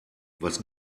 was